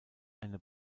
eine